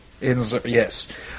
yes